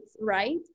right